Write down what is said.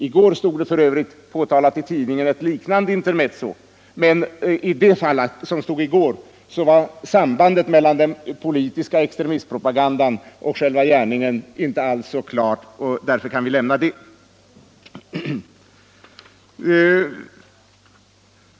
I går stod det f. ö. påtalat i pressen ett liknande intermezzo, men i det fallet var sambandet mellan den politiska extremistpropagandan och själva gärningen inte alls klar, och därför kan vi lämna det åsido.